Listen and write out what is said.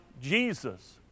Jesus